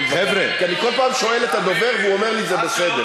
כי אני כל פעם שואל את הדובר והוא אומר לי: זה בסדר.